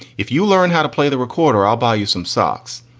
if you learn how to play the recorder, i'll buy you some socks.